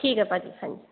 ਠੀਕ ਹੈ ਭਾਅ ਜੀ ਹਾਂਜੀ